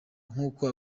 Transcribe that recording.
nkuko